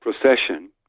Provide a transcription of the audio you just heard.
procession